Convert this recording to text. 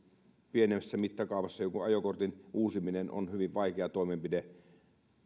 pienemmässä mittakaavassa joku ajokortin uusiminen on hyvin vaikea toimenpide